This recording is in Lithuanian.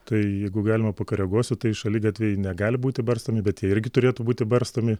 tai jeigu galima pakoreguosiu tai šaligatviai negali būti barstomi bet jie irgi turėtų būti barstomi